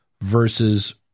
versus